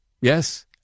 Yes